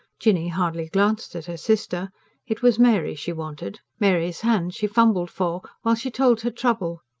jinny hardly glanced at her sister it was mary she wanted, mary's hand she fumbled for while she told her trouble.